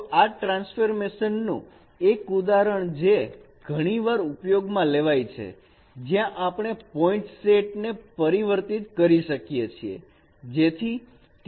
તો ટ્રાન્સફોર્મેશન નું એક ઉદાહરણ જે ઘણીવાર ઉપયોગમાં લેવાય છે જ્યાં આપણે પોઇન્ટ સેટ ને પરિવર્તિત કરી શકીએ છીએ